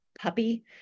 puppy